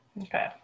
Okay